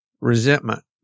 resentment